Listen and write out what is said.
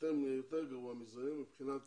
ויותר גרוע מזה, מבחינת